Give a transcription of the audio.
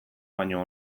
baino